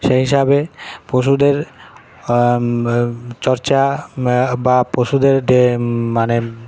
সেই হিসাবে পশুদের চর্চা বা বা পশুদের মানে